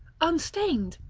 unstained,